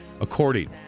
according